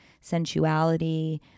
sensuality